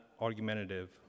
argumentative